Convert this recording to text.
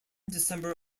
december